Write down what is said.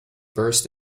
burst